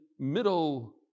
Middle